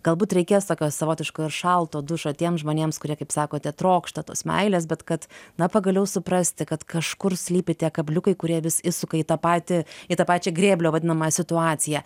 galbūt reikės tokio savotiško ir šalto dušo tiems žmonėms kurie kaip sakote trokšta tos meilės bet kad na pagaliau suprasti kad kažkur slypi tie kabliukai kurie vis įsuka į tą patį į tą pačią grėblio vadinamą situaciją